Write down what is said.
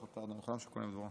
את החותמים, אפשר.